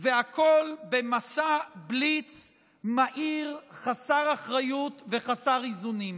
והכול במסע בליץ מהיר, חסר אחריות וחסר איזונים.